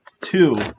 two